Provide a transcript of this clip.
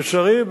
לצערי,